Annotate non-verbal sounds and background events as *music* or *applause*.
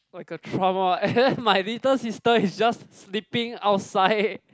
like a trauma and *laughs* and my little sister is just sleeping outside